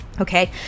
Okay